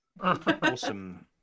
awesome